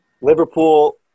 Liverpool